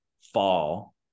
fall